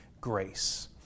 grace